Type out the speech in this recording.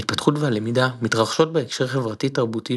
ההתפתחות והלמידה מתרחשות בהקשר חברתי תרבותי